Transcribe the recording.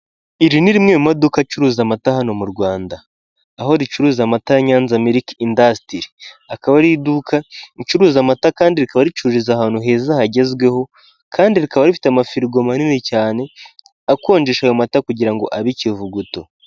Iri ni rimwe mu maduka acuruza amata hano mu Rwanda. Aho ricuruza amata ya Nyanza Milk Industry. Akaba ari iduka ricuruza amata kandi rikaba ricuruririza ahantu heza hagezweho, kandi rikaba rifite amafirigo manini cyane, akonjesha ayo mata kugira ngo abe ikivuguto.